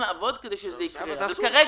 אבי ניסנקורן אמור לתת את הפטור --- זה